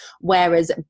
whereas